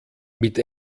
mit